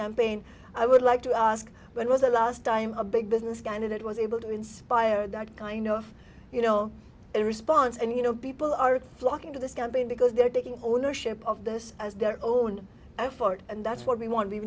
campaign i would like to ask when was the last time a big business candidate was able to inspire that kind of you know a response and you know people are flocking to this campaign because they're taking ownership of this as their own effort and that's what we want